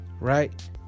Right